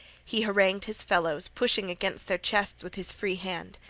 he harangued his fellows, pushing against their chests with his free hand.